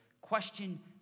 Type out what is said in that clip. question